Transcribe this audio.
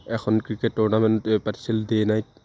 এখন cricket tournament পাতিছিল day night